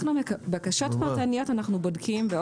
בקשות פרטניות אנחנו בודקים.